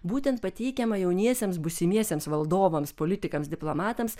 būtent pateikiama jauniesiems būsimiesiems valdovams politikams diplomatams